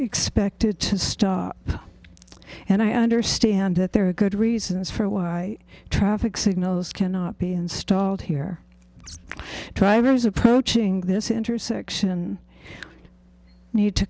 expected to stop and i understand that there are good reasons for why traffic signals cannot be installed here drivers approaching this intersection need to